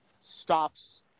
stops